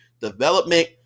development